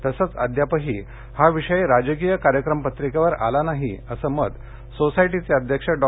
तसेच अद्यापही हा विषय राजकीय कार्यक्रम पत्रिकेवर आला नाही असं मत सोसायटीचे अध्यक्ष डॉ